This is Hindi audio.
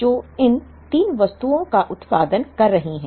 जो इन 3 वस्तुओं का उत्पादन कर रही है